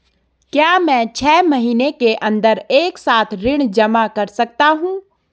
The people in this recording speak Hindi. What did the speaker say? क्या मैं छः महीने के अन्दर एक साथ ऋण जमा कर सकता हूँ?